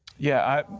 yeah. yeah.